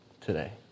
today